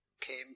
came